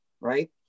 Right